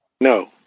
No